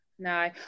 No